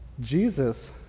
Jesus